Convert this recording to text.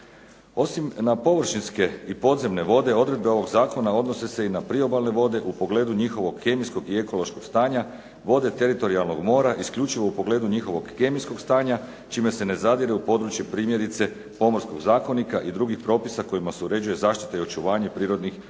Osim na površinske i podzemne vode odredbe ovog zakona odnose se i na priobalne vode u pogledu njihovog kemijskog i ekološkog stanja, vode teritorijalnog mora isključivo u pogledu njihovog kemijskog stanja čime se ne zadire u područje primjerice Pomorskog zakonika i drugih propisa kojima se uređuje zaštita i očuvanje prirodnih morskih